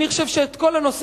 אני חושב שאת כל הנושא,